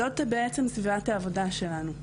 זאת בעצם סביבת העבודה שלנו.